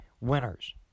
winners